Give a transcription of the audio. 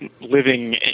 living